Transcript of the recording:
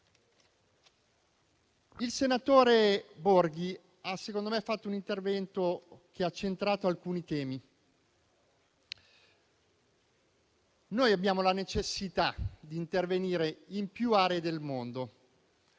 Il senatore Enrico Borghi, secondo me, ha svolto un intervento che ha centrato alcuni temi. Noi abbiamo la necessità di intervenire in alcune aree del mondo,